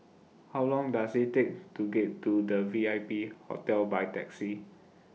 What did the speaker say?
How Long Does IT Take to get to The V I P Hotel By Taxi